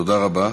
תודה רבה.